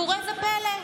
וראה זה פלא,